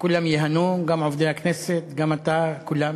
שכולם ייהנו, גם עובדי הכנסת, גם אתה, כולם.